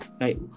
right